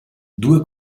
due